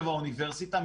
שבע-האוניברסיטה,